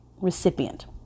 Recipient